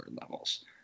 levels